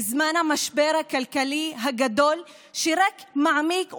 בזמן המשבר הכלכלי הגדול שרק מעמיק ומחמיר.